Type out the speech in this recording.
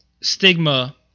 stigma